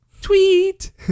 tweet